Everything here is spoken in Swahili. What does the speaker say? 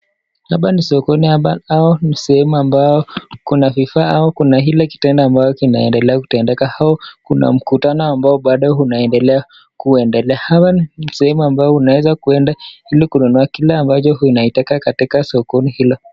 Hapa ni sokoni, ambao ni sehemu ambao kuna vifaa au kuna ile kitendo ambayo kinaendelea kutendeka au kuna mkutano ambao bado unaendelea kuendelea. Hapa ni sehemu ambayo unaeza kuenda ili kununua kile ambacho unaitaka katika sokoni hilo.